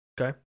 Okay